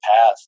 path